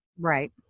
Right